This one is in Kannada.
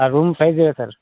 ಆ ರೂಮ್ ಸೈಜ್ ಹೇಳ್ ಸರ್